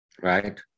right